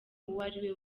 uwariwe